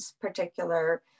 particular